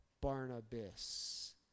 Barnabas